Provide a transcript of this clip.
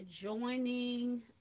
joining